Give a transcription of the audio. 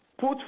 put